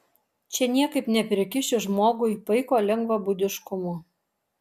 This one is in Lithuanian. čia niekaip neprikiši žmogui paiko lengvabūdiškumo